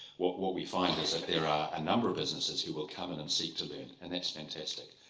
what what we find is that there are a number of businesses who will come in and seek to lead. and that's fantastic.